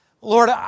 Lord